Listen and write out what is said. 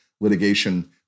litigation